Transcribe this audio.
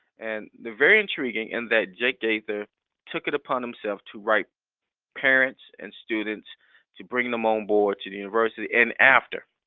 and they're very intriguing in that jake gaither took it upon himself to write parents and students to bring them onboard to the university and after.